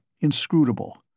inscrutable